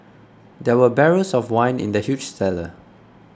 there were barrels of wine in the huge cellar